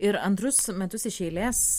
ir antrus metus iš eilės